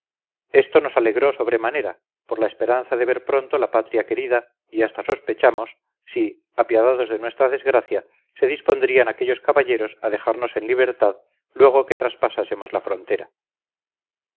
esto nos alegró sobre manera por la esperanza de ver pronto la patria querida y hasta sospechamos si apiadados de nuestra desgracia se dispondrían aquellos caballeros a dejarnos en libertad luego que traspasásemos la frontera